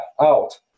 out